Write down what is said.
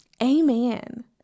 Amen